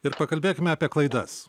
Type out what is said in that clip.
ir pakalbėkime apie klaidas